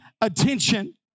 attention